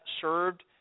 served